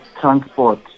transport